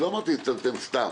לא אמרתי לצמצם סתם.